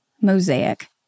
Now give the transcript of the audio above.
mosaic